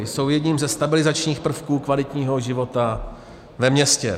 Jsou jedním ze stabilizačních prvků kvalitního života ve městě.